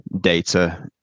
data